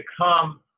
come